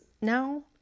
now